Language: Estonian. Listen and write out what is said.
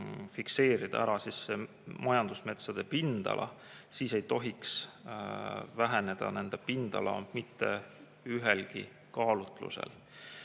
fikseerida ära majandusmetsade pindala, siis ei tohiks väheneda nende pindala mitte ühelgi kaalutlusel.